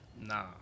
Nah